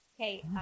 okay